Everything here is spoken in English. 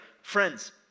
Friends